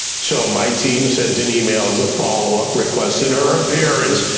so my team sent an email as a followup requesting her appearance.